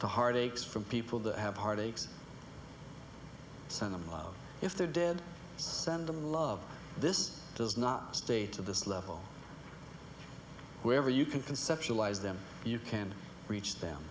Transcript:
the heartaches from people that have heartaches sentiment if they're dead send them love this does not stay to this level wherever you can conceptualize them you can reach them